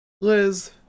Liz